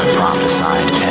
prophesied